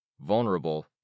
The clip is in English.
vulnerable